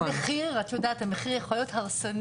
אבל את יודעת, המחיר יכול להיות הרסני